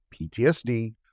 PTSD